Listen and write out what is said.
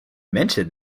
mentioned